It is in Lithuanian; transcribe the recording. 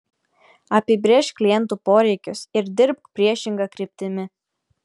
apibrėžk klientų poreikius ir dirbk priešinga kryptimi